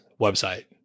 website